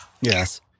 Yes